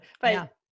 but-